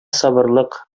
сабырлык